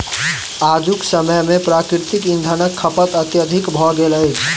आजुक समय मे प्राकृतिक इंधनक खपत अत्यधिक भ गेल अछि